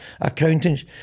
Accountants